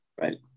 right